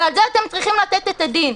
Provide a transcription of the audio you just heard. ועל זה אתם צריכים לתת את הדין.